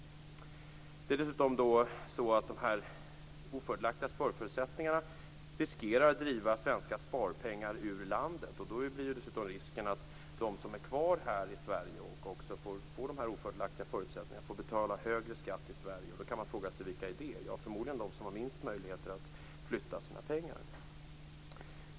De ofördelaktiga sparförutsättningarna riskerar driva svenska sparpengar ur landet. Då blir risken att de som blir kvar i Sverige och får de ofördelaktiga förutsättningarna får betala högre skatt i Sverige. Vilka är de? Förmodligen de som har minst möjligheter att flytta sina pengar.